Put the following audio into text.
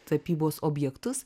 tapybos objektus